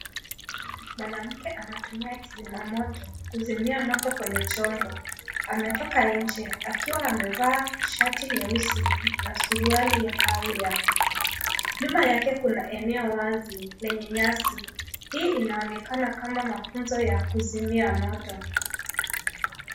Mwanamke anatumia kizimamoto, kuzimia moto kwenye chombo. Ametoka nje akiwa amevaa shati nyeusi na suruali ya kahawia. Nyuma yake kuna eneo wazi lenye nyasi, hii inaonekana kama mafunzo ya kuzimia moto.